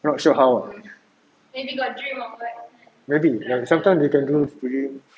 not sure how ah maybe sometime you can do fricking